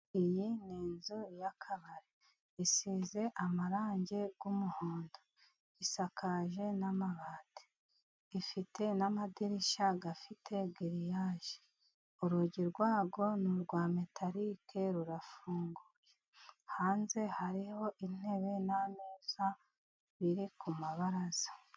Iyi ni inzu y'akabari. Isize amarangi y'umuhondo. Isakaje n'amabati. Ifite n'amadirishya afite giriyaje. Urugi rwayo ni urwa metarike, rurafunguye. Hanze hariho intebe n'ameza biri ku mabaraza.